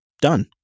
done